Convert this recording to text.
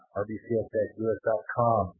rbcs.us.com